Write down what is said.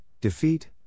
defeat